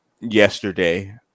yesterday